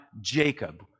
Jacob